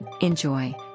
Enjoy